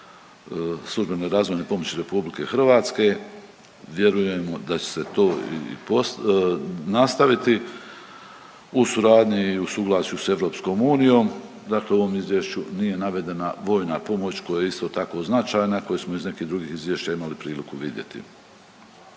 službenoj razvojnoj pomoći Republike Hrvatske. Vjerujemo da će se to i nastaviti u suradnji, u suglasju sa EU. Dakle, u ovom izvješću nije navedena vojna pomoć koja je isto tako značajna, koju smo iz nekih drugih izvješća imali priliku vidjeti.